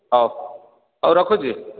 ହଉ ହଉ ରଖୁଛି